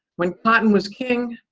when cotton was king,